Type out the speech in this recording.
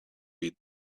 beat